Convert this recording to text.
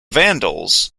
vandals